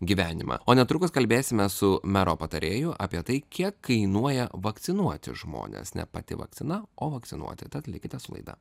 gyvenimą o netrukus kalbėsime su mero patarėju apie tai kiek kainuoja vakcinuoti žmones ne pati vakcina o vakcinuoti tad likite su laida